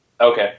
okay